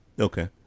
okay